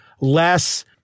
less